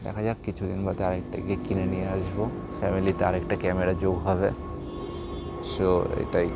দেখা যাক কিছু দিন বাদে আর একটা গিয়ে কিনে নিয়ে আসবো ফ্যামিলিতে আর একটা ক্যামেরা যোগ হবে সো এটাই